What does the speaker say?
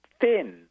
thin